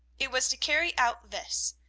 it was to carry out this,